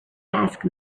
ask